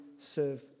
serve